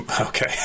okay